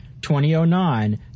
2009